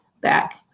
back